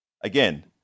again